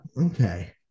Okay